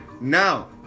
Now